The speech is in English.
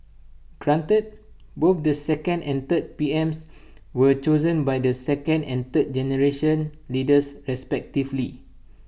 granted both the second and third PMs were chosen by the second and third generation leaders respectively